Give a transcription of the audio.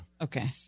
Okay